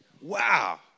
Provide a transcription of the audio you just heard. Wow